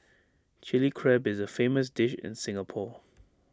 Chilli Crab is A famous dish in Singapore